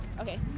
Okay